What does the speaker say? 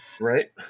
Right